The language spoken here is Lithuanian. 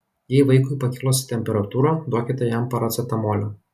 jei vaikui pakilusi temperatūra duokite jam paracetamolio